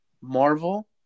Marvel